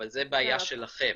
אבל זו בעיה שלכם.